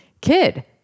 kid